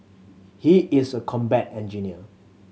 he is a combat engineer